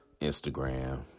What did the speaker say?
Instagram